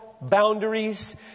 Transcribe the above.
boundaries